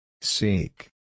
Seek